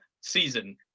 season